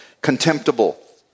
contemptible